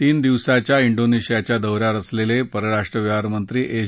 तीन दिवसांच्या डोनिशियाच्या दौऱ्यावर असलेले परराष्ट्र व्यवहारमंत्री एस